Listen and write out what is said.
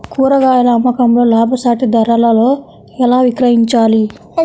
కూరగాయాల అమ్మకంలో లాభసాటి ధరలలో ఎలా విక్రయించాలి?